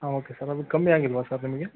ಹಾಂ okay sir ಅದು ಕಮ್ಮಿ ಆಗಿಲ್ಲವಾ ಸರ್ ನಿಮಗೆ